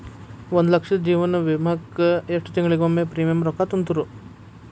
ಒಂದ್ ಲಕ್ಷದ ಜೇವನ ವಿಮಾಕ್ಕ ಎಷ್ಟ ತಿಂಗಳಿಗೊಮ್ಮೆ ಪ್ರೇಮಿಯಂ ರೊಕ್ಕಾ ತುಂತುರು?